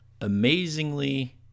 amazingly